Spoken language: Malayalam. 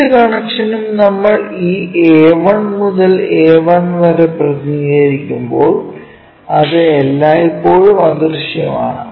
ഏത് കണക്ഷനും നമ്മൾ ഈ A1 മുതൽ A1 വരെ പ്രതിനിധീകരിക്കുമ്പോൾ അത് എല്ലായ്പ്പോഴും അദൃശ്യമാണ്